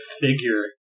figure